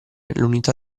l’unità